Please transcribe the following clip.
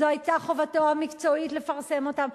זו היתה חובתו המקצועית לפרסם אותם.